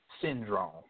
Syndrome